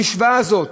המשוואה הזאת,